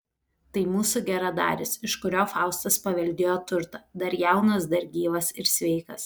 tai mūsų geradaris iš kurio faustas paveldėjo turtą dar jaunas dar gyvas ir sveikas